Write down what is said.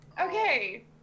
Okay